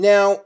Now